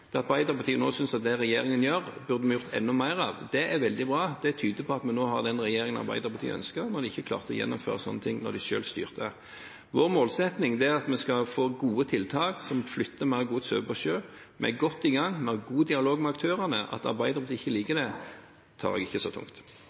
Arbeiderpartiet nå synes at det regjeringen gjør, burde vi gjøre enda mer av, er veldig bra og tyder på at vi nå har den regjeringen Arbeiderpartiet ønsker, når de ikke klarte å gjennomføre sånne ting da de selv styrte. Vår målsetting er at vi skal få gode tiltak som flytter mer gods over på sjø. Vi er godt i gang, vi har god dialog med aktørene. At Arbeiderpartiet ikke liker det, tar jeg ikke så tungt.